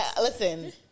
Listen